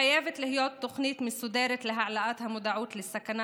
חייבת להיות תוכנית מסודרת להעלאת המודעות לסכנה